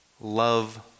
love